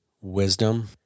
wisdom